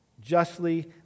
justly